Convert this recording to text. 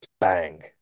Bang